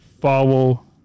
follow